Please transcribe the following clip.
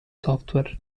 software